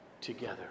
together